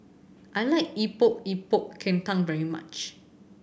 I like Epok Epok Kentang very much